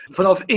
vanaf